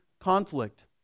conflict